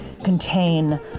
contain